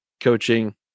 coaching